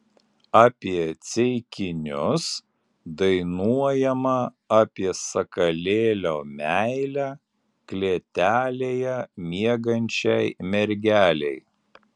apie ceikinius dainuojama apie sakalėlio meilę klėtelėje miegančiai mergelei